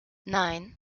nein